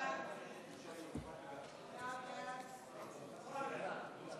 חוק הסדרים במשק המדינה (תיקוני חקיקה)